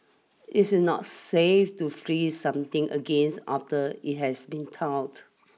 it is not safe to freeze something against after it has been thawed